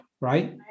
right